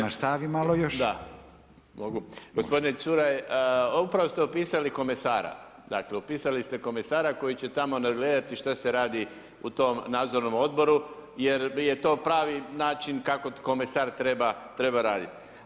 Da, mogu? [[Upadica Radin: Može.]] Gospodine Čuraj, upravo ste opisali komesara, dakle opisali ste komesara koji će tamo nadgledati što se radi u tom nadzornom odboru jer je to pravi način kako komesar treba raditi.